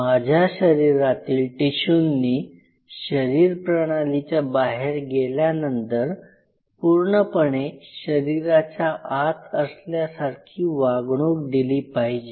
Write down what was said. माझ्या शरीरातील टिशूंनी शरीरप्रणालीच्या बाहेर गेल्यानंतर पूर्णपणे शरीराच्या आत असल्यासारखी वागणूक दिली पाहिजे